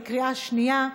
בקריאה שנייה.